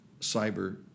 cyber